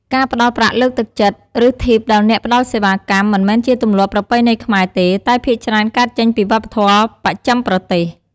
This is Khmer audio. ការផ្ដល់ប្រាក់លើកទឹកចិត្ត ឬធីបដល់អ្នកផ្ដល់សេវាកម្ម មិនមែនជាទម្លាប់ប្រពៃណីខ្មែរទេ តែភាគច្រើនកើតចេញពីវប្បធម៌បស្ចឹមប្រទេស។